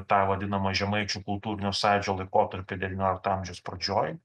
tą vadinamą žemaičių kultūrinio sąjūdžio laikotarpį devyniolikto amžiaus pradžioj